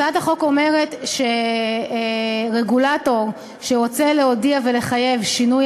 הצעת החוק אומרת שרגולטור שרוצה להודיע ולחייב שינוי